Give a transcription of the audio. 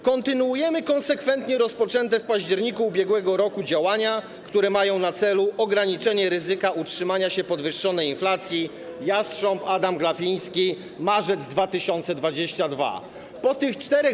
Kontynuujemy konsekwentnie rozpoczęte w październiku ub.r. działania, które mają na celu ograniczenie ryzyka utrzymania się podwyższonej inflacji - jastrząb Adam Glapiński, marzec 2022 r.